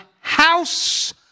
house